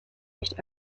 nicht